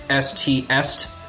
STS